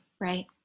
right